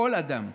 כל אדם.